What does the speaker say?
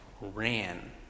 ran